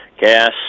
gas